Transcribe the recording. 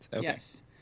Yes